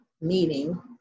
meeting